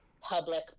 public